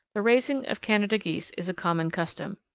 the raising of canada geese is a common custom.